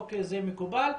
זה מקובל,